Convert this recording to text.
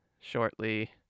shortly